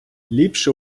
ліпше